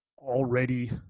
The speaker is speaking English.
already